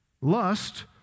Lust